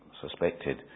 suspected